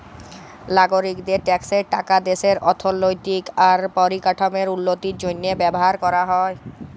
লাগরিকদের ট্যাক্সের টাকা দ্যাশের অথ্থলৈতিক আর পরিকাঠামোর উল্লতির জ্যনহে ব্যাভার ক্যরা হ্যয়